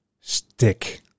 stick